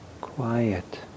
quiet